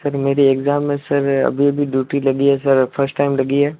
sir मेरी exam में sir अभी अभी ड्यूटी लगी है सर फस्ट टाइम लगी है